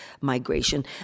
migration